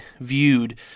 viewed